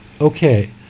Okay